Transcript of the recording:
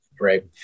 Right